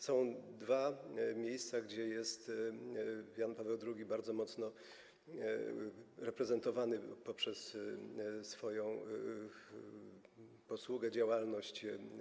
Są dwa miejsca, gdzie Jan Paweł II jest bardzo mocno reprezentowany poprzez swoją posługę, działalność.